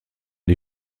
die